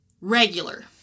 Regular